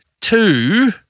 two